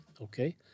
okay